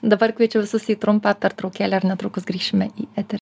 dabar kviečiu visus į trumpą pertraukėlę ir netrukus grįšime į eterį